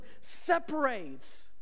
separates